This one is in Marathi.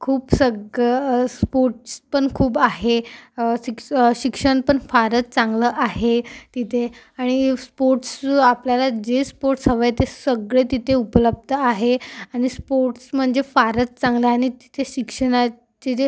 खूप सगळं स्पोर्टस् पण खूप आहे शिक्ष शिक्षण पण फारच चांगलं आहे तिथे आणि स्पोर्टस् आपल्याला जे स्पोर्टस् हवे आहेत ते सगळे तिथे उपलब्ध आहे आणि स्पोर्टस् म्हणजे फारच चांगलं आणि तिथे शिक्षणाचे जे